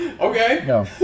Okay